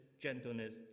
gentleness